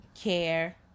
care